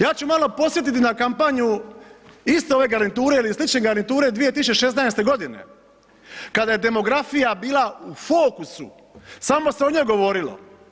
Ja ću malo podsjetiti na kampanju iste ove garniture ili slične garniture 2016. godine kada je demografija bila u fokusu, samo se o njoj govorilo.